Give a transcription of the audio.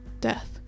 death